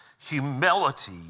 humility